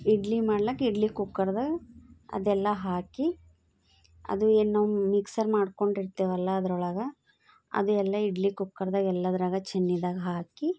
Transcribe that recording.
ಇಡ್ಲಿ ಮಾಡ್ಲಿಕ್ಕೆ ಇಡ್ಲಿ ಕುಕ್ಕರ್ದಾಗ ಅದೆಲ್ಲ ಹಾಕಿ ಅದು ಏನು ನಾವು ಮಿಕ್ಸರ್ ಮಾಡ್ಕೊಂಡಿರ್ತೀವಲ್ಲ ಅದ್ರೊಳಗೆ ಅದು ಎಲ್ಲ ಇಡ್ಲಿ ಕುಕ್ಕರ್ದಾಗ ಎಲ್ಲದ್ರಾಗ ಚಿನ್ನಿದಾಗ ಹಾಕಿ